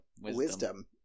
Wisdom